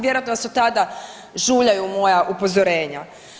Vjerovatno vas od tada žuljaju moja upozorenja.